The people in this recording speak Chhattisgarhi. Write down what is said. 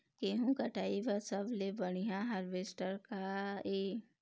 गेहूं कटाई बर सबले बढ़िया हारवेस्टर का ये?